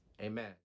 amen